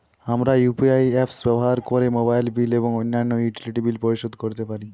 আমরা UPI apps ব্যবহার করে মোবাইল বিল এবং অন্যান্য ইউটিলিটি বিল পরিশোধ করতে পারি